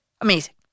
Amazing